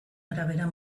arabera